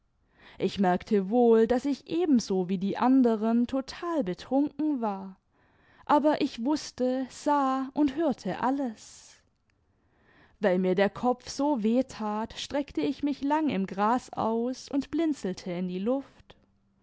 ich merkte wohl daß ich ebenso wie die anderen total betrunken war aber ich wußte sah und hörte alles weil mir der kopf so weh tat streckte ich mich lang im gras aus und blinzelte in die luft